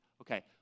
Okay